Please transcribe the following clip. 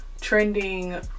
trending